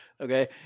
Okay